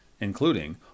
including